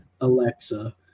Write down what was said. alexa